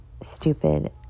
stupid